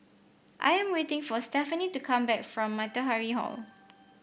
I am waiting for Stephany to come back from Matahari Hall